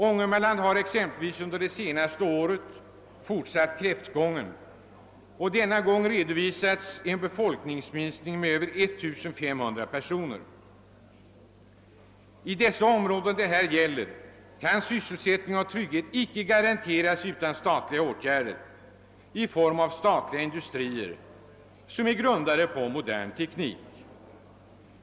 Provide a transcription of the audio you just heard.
Ångermanland har exempelvis under det senaste året fortsatt kräftgången, och för det året redovisas en befolknings minskning med över 1500 personer. I de områden det här gäller kan sysselsättning och trygghet icke garanteras utan statliga åtgärder i form av statliga industrier, som är grundade på modern teknik.